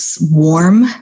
warm